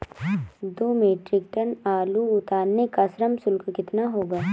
दो metric ton आलू उतारने का श्रम शुल्क कितना होगा?